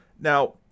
Now